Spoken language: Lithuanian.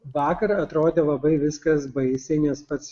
vakar atrodė labai viskas baisiai nes pats